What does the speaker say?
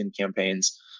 campaigns